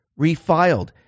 refiled